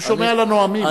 הוא שומע לנואמים.